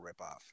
ripoff